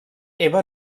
eva